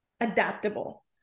adaptable